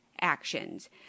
actions